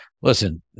listen